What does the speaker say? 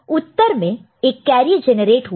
उत्तर में एक carry generate हुआ है